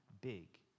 big